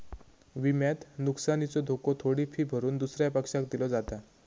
विम्यात नुकसानीचो धोको थोडी फी भरून दुसऱ्या पक्षाक दिलो जाता